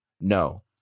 No